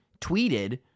tweeted